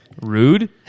Rude